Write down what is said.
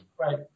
Right